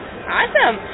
Awesome